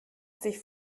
sich